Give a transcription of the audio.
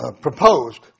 proposed